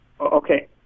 Okay